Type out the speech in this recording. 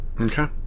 Okay